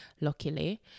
luckily